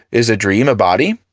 is a dream a body?